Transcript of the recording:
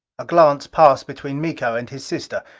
a glance passed between miko and his sister.